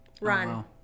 Run